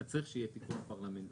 אז צריך שיהיה פיקוח פרלמנטרי.